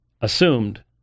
assumed